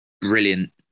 brilliant